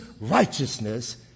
righteousness